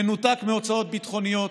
זה מנותק מהוצאות ביטחוניות,